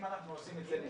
אם אנחנו עושים את זה לשנה,